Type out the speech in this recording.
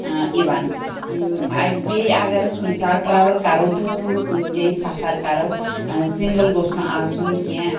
ٲں یِوان ٲں بیٚیہِ اگر أسۍ کُنہ ساتہٕ ٹرٛیوٕل کرو دوٗر کُنہ جٲیہِ سفر کرو ٲں سِنٛگٕل گوٚژھ نہٕ آسُن کیٚنٛہہ